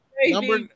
Number